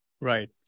Right